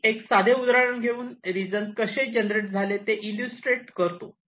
मी एक साधे उदाहरण घेऊन रिजन कसे जनरेट झाले त्याचे इल्लुस्त्रेट करतो